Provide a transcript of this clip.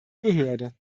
behörde